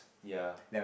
ya